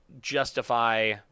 justify